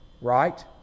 Right